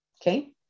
okay